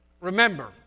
Remember